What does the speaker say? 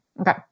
Okay